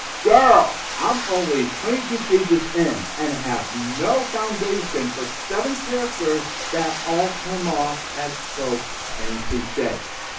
girl, i'm only twenty-two pages in and have no foundation for seven characters that all come off as tropes and cliches.